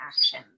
action